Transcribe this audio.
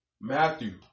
Matthew